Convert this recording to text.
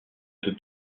peut